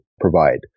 provide